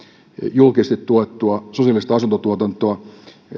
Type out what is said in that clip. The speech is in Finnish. julkisesti tuettua sosiaalista asuntotuotantoa